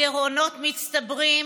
הגירעונות מצטברים,